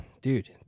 dude